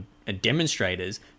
Demonstrators